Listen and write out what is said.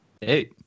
Hey